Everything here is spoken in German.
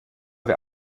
wer